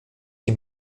die